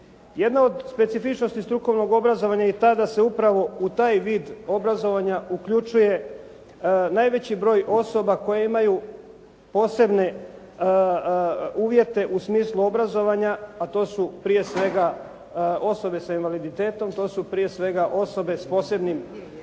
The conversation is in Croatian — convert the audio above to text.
Jedna od specifičnosti strukovnog obrazovanja i tada se upravo u taj vid obrazovanja uključuje najveći broj osoba koje imaju posebne uvjete u smislu obrazovanja, a to su prije svega osobe s invaliditetom, to su prije sveg osobe s posebnim